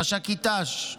מש"קית ת"ש.